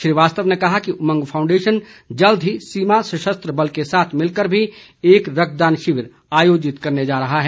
श्रीवास्तव ने कहा कि उमंग फाउंडेशन जल्द ही सीमा सशस्त्र बल के साथ मिलकर भी एक रक्तदान शिविर आयोजित करने जा रहा है